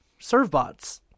Servbots